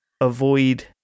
avoid